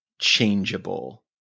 changeable